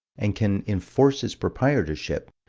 and can enforce its proprietorship,